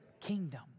kingdom